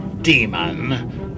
demon